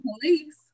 police